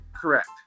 Correct